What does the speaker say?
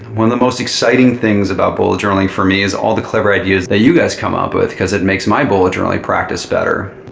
one of the most exciting things about bullet journaling for me is all the clever ideas that you guys come up with because it makes my bullet journaling practice better.